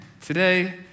today